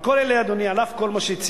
על כל אלה, אדוני, על אף כל מה שציינתי,